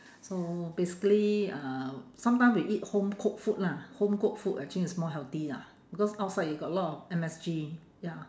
so basically uh sometime we eat home-cooked food lah home-cooked food actually is more healthy lah because outside you got a lot of M_S_G ya